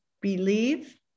believe